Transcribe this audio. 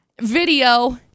video